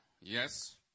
yes